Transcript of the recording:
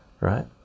right